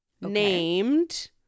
named